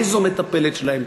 איזו מטפלת שלהם,